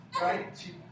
right